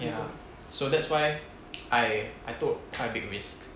ya so that's why I I took quite a big risk